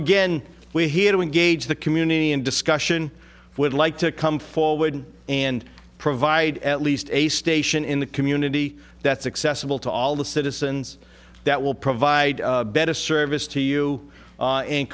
again we're here to engage the community in discussion would like to come forward and provide at least a station in the community that's accessible to all the citizens that will provide better service to you